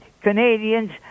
Canadians